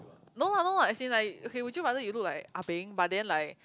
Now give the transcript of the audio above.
no lah no lah as in like okay would you rather you look like ah beng but then like